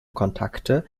kontakte